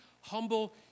humble